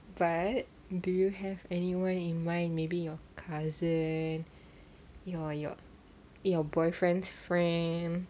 but do you have anyone in mind maybe your cousin your your your boyfriend's friend